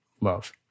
love